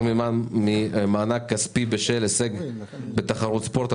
ממס למענק כספי בשל הישג בתחרות ספורט),